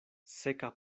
seka